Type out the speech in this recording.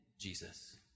Jesus